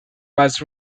was